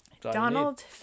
Donald